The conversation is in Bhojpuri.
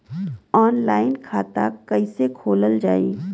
ऑनलाइन खाता कईसे खोलल जाई?